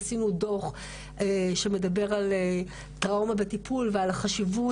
הכנו דוח שמדבר על טראומה בטיפול ועל החשיבות